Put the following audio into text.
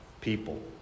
people